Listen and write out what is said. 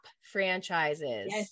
franchises